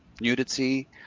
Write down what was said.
nudity